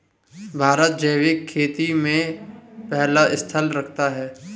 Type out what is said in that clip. भारत जैविक खेती में पहला स्थान रखता है